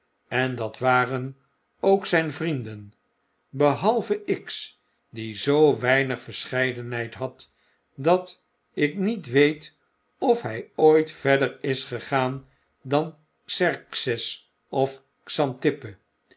en dat waren ook zijn vrienden behalve x die zoo weinig verscheidenheid had dat ik niet weet ofhijooit verder is gegaan dan xerxes of